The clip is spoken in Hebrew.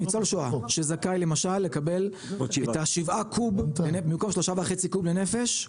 ניצול שואה שזכאי למשל לקבל את ה- 7 קוב במקום 3.5 קוב לנפש,